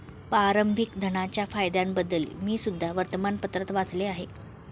प्रारंभिक धनाच्या फायद्यांबद्दल मी सुद्धा वर्तमानपत्रात वाचले आहे